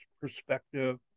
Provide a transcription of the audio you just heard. perspective